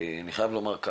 אני חייב לומר,